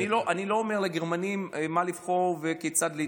אני לא אומר לגרמנים מה לבחור וכיצד להתנהג.